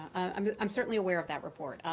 i mean i'm certainly aware of that report.